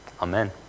Amen